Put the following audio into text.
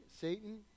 Satan